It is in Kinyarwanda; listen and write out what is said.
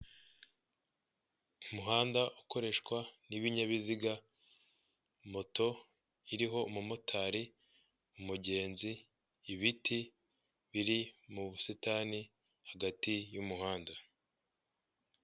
Umuhanda ukoreshwa n'ibinyabiziga, moto iriho umumotari, umugenzi, ibiti biri mu busitani hagati y'umuhanda.